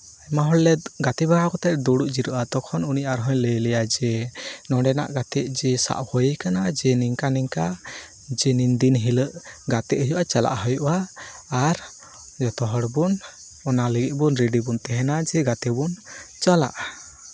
ᱟᱭᱢᱟ ᱦᱚᱲᱞᱮ ᱜᱟᱛᱮ ᱵᱟᱲᱟ ᱠᱟᱛᱮᱫ ᱫᱩᱲᱩᱵ ᱡᱤᱨᱟᱹᱜᱼᱟ ᱛᱚᱠᱷᱚᱱ ᱩᱱᱤ ᱟᱨᱦᱚᱸᱭ ᱞᱟᱹᱭ ᱞᱮᱭᱟ ᱡᱮ ᱱᱚᱸᱰᱮᱱᱟᱜ ᱜᱟᱛᱮᱜ ᱡᱮ ᱥᱟᱵ ᱦᱳᱭ ᱠᱟᱱᱟ ᱡᱮ ᱱᱤᱝᱠᱟ ᱱᱤᱝᱠᱟ ᱡᱮ ᱱᱤᱱᱫᱤᱱ ᱦᱤᱞᱳᱜ ᱜᱟᱛᱮᱜ ᱦᱩᱭᱩᱜᱼᱟ ᱪᱟᱞᱟᱜ ᱦᱩᱭᱩᱜᱼᱟ ᱟᱨ ᱡᱚᱛᱚ ᱦᱚᱲ ᱵᱚᱱ ᱚᱱᱟ ᱞᱟᱹᱜᱤᱫ ᱵᱚᱱ ᱨᱮᱹᱰᱤ ᱵᱚᱱ ᱛᱟᱦᱮᱱᱟ ᱡᱮ ᱜᱟᱛᱮ ᱵᱚᱱ ᱪᱟᱞᱟᱜᱼᱟ